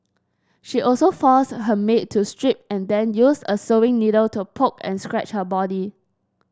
she also forced her maid to strip and then used a sewing needle to poke and scratch her body